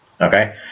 okay